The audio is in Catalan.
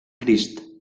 crist